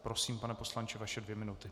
Prosím, pane poslanče, vaše dvě minuty.